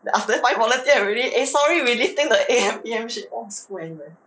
then after find volunteer already eh sorry we lifting the A_M and P_M shit !wah! screw N_U_S